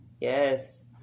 Yes